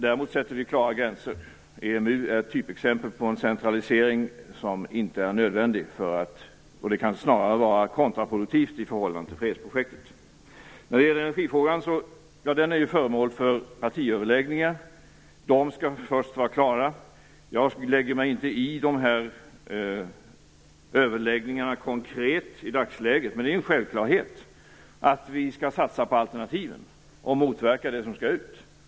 Däremot sätter vi klara gränser. EMU är ett typexempel på en centralisering som inte är nödvändig. Det kan snarare vara kontraproduktivt i förhållande till fredsprojektet. Energifrågan är föremål för partiöverläggningar. De skall först vara klara. Jag lägger mig inte i överläggningarna konkret i dagsläget, men jag tycker att det är en självklarhet att vi skall satsa på alternativen och motverka det som skall ut.